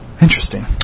Interesting